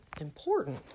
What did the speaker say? important